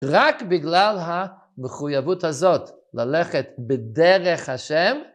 רק בגלל המחויבות הזאת ללכת בדרך השם.